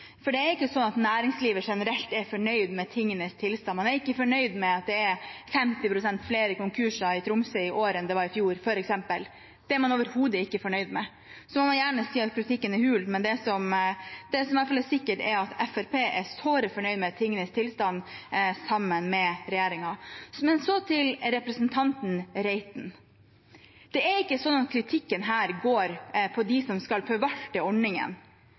Det er ikke sånn at næringslivet generelt er fornøyd med tingenes tilstand. Man er ikke fornøyd med at det er 50 pst. flere konkurser i Tromsø i år enn det var i fjor, f.eks. Det er man overhodet ikke fornøyd med. Man må gjerne si at kritikken er hul, men det som i hvert fall er sikkert, er at Fremskrittspartiet er såre fornøyd med tingenes tilstand, sammen med regjeringen. Så til representanten Reiten: Det er ikke sånn at kritikken her går på de som skal forvalte ordningen,